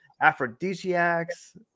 aphrodisiacs